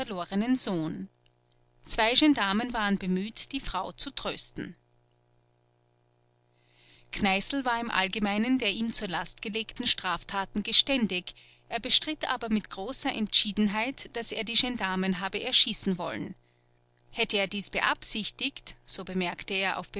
zwei gendarmen waren bemüht die frau zu trösten kneißl war im allgemeinen der ihm zur last gelegten straftaten geständig er bestritt aber mit großer entschiedenheit daß er die gendarmen habe erschießen wollen hätte er dies beabsichtigt so bemerkte er auf